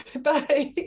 Bye